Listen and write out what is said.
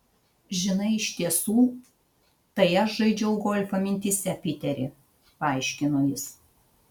žinai iš tiesų tai aš žaidžiau golfą mintyse piteri paaiškino jis